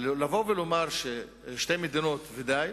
לבוא ולומר "שתי מדינות" ודי,